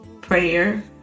prayer